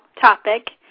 topic